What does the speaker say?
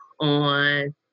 on